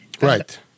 Right